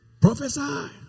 Prophesy